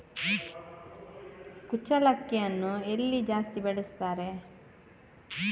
ಕುಚ್ಚಲಕ್ಕಿಯನ್ನು ಎಲ್ಲಿ ಜಾಸ್ತಿ ಬೆಳೆಸ್ತಾರೆ?